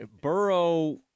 Burrow